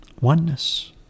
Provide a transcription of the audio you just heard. oneness